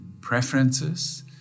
preferences